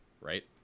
Right